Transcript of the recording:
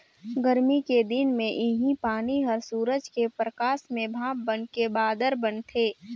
गरमी के दिन मे इहीं पानी हर सूरज के परकास में भाप बनके बादर बनथे